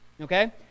Okay